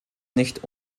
nicht